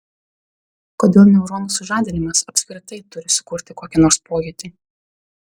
kodėl neuronų sužadinimas apskritai turi sukurti kokį nors pojūtį